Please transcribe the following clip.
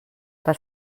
per